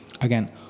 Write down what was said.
Again